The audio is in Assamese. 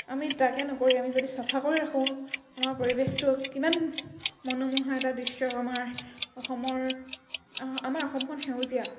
আমি তাকে নকৰি আমি যদি চাফা কৰি ৰাখোঁ আমাৰ পৰিৱেশটো কিমান মনোমোহা এটা দৃশ্য আমাৰ অসমৰ আমাৰ অসমখন সেউজীয়া